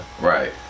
Right